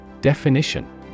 Definition